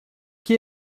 que